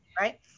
right